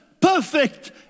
perfect